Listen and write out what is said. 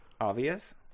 Obvious